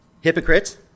Hypocrites